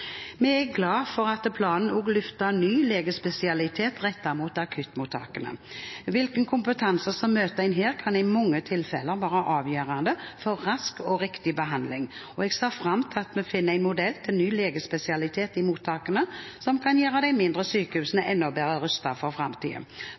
Vi er glad for at planen også løfter ny legespesialitet rettet mot akuttmottakene. Hvilken kompetanse som møter en her, kan i mange tilfeller være avgjørende for rask og riktig behandling. Jeg ser fram til at vi finner en modell for ny legespesialitet i mottakene, som kan gjøre de mindre sykehusene